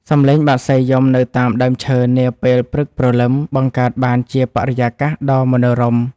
សំឡេងបក្សីយំនៅតាមដើមឈើនាពេលព្រឹកព្រលឹម បង្កើតបានជាបរិយាកាសដ៏មនោរម្យ។